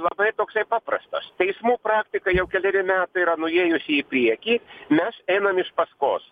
labai toksai paprastas teismų praktika jau keleri metai yra nuėjusi į priekį mes einam iš paskos